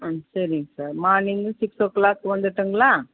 ம் சரிங் sir morning six o'clock வந்துட்டுங்களா